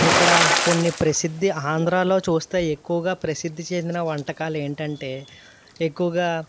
ఇక్కడ కొన్ని ప్రసిద్ధి ఆంధ్రాలో చూస్తే ఎక్కువగా ప్రసిద్ధి చెందిన వంటకాలు ఏంటంటే ఎక్కువగా